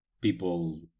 people